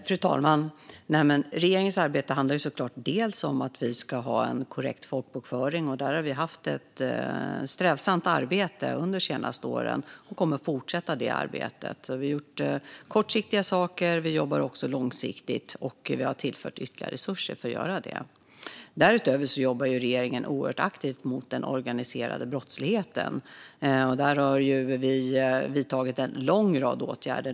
Fru talman! Regeringens arbete handlar såklart delvis om att vi ska ha en korrekt folkbokföring, och det har vi arbetat strävsamt med under de senaste åren och kommer att fortsätta med. Vi har gjort kortsiktiga saker, och vi jobbar också långsiktigt och har tillfört ytterligare resurser för att kunna göra det. Därutöver jobbar regeringen mycket aktivt mot den organiserade brottligheten och har vidtagit en lång rad åtgärder.